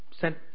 sent